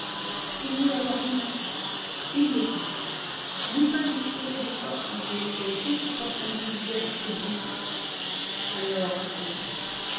il n'y avait rien à faire il le sentait lupin disposait des forces contre lesquelles toute force individuelle se brisait alors à quoi bon